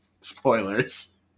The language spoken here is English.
spoilers